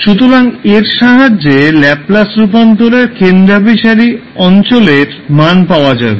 সুতরাং এর সাহায্যে ল্যাপলাস রূপান্তরের কেন্দ্রাভিসারি অঞ্চলের মান পাওয়া যাবে